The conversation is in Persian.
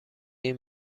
این